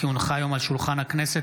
כי הונחו היום על שולחן הכנסת,